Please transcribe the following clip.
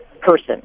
person